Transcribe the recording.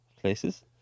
places